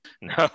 No